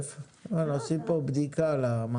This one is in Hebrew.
20% עבור בוחני חברה.